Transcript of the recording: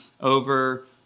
over